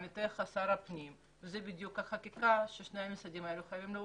עמיתך שר הפנים זה בדיוק החתיכה ששני המשרדים האלה חייבים להוביל.